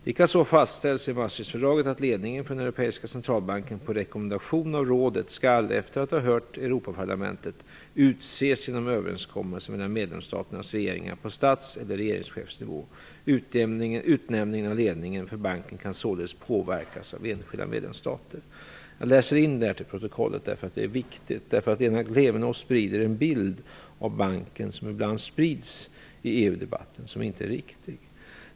Likaså fastställs i Maastrichtfördraget att ledningen för den europeiska centralbanken på rekommendation av rådet skall, efter att ha hört Europaparlamentet, utses genom överenskommelse mellan medlemsstaternas regeringar på stats eller regeringschefsnivå. Utnämningen av ledningen för banken kan således påverkas av enskilda medlemsstater. Jag önskar få detta fört till protokollet eftersom denna information är viktig. Lena Klevenås sprider en bild av banken som ibland nämns i EU-debatten och som inte är riktig.